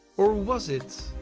or was it?